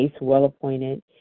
well-appointed